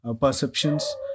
perceptions